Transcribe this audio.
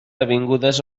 avingudes